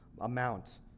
amount